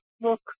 look